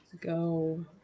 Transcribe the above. go